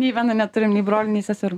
nei viena neturim nei brolių nei seserų